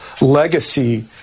legacy